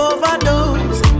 Overdose